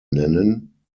nennen